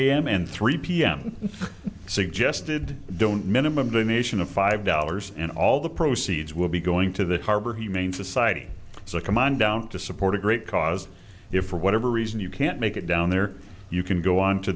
m and three p m suggested don't minimum the nation of five dollars and all the proceeds will be going to the harbor humane society so come on down to support a great cause if for whatever reason you can't make it down there you can go on to